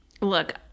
Look